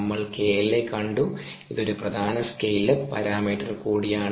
നമ്മൾ KLa കണ്ടു ഇത് ഒരു പ്രധാന സ്കെയിൽ അപ്പ് പാരാമീറ്റർ കൂടിയാണ്